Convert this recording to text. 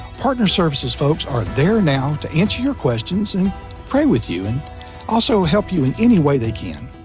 partner services folks are there now to answer your questions and pray with you, and also help you in any way they can.